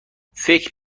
فکر